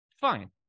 Fine